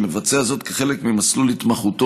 שמבצע זאת כחלק ממסלול התמחותו,